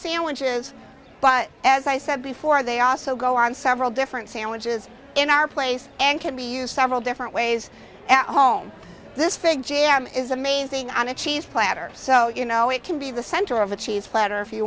sandwiches but as i said before they also go on several different sandwiches in our place and can be used several different ways at home this fig jam is amazing on a cheese platter so you know it can be the center of a cheese platter if you